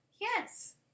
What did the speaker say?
Yes